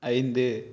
ஐந்து